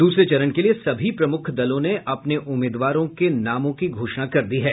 दूसरे चरण के लिए सभी प्रमुख दलों ने अपने उम्मीदवारों की नामों की घोषणा कर दी है